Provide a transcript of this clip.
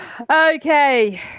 Okay